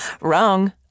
Wrong